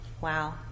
Wow